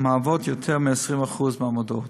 יותר מ-20% מהמודעות.